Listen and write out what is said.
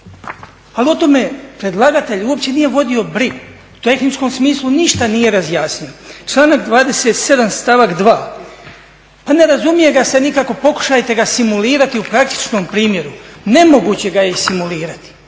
Ali o tome predlagatelj uopće nije vodio brigu, u tehničkom smislu ništa nije razjasnio. Članak 27., stavak 2, pa ne razumije ga se nikako, pokušajte ga simulirati u praktičnom primjeru. Nemoguće ga je izsimulirati,